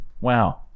Wow